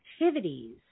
activities